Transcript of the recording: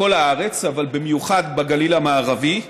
בכל הארץ, אבל במיוחד בגליל המערבי,